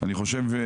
אני חושב,